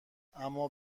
اما